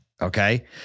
Okay